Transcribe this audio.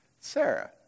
Sarah